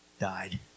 died